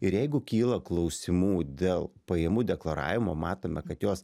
ir jeigu kyla klausimų dėl pajamų deklaravimo matome kad jos